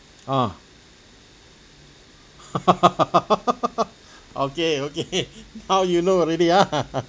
ah okay okay now you know already ah